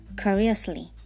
curiously